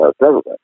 government